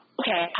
okay